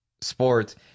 sports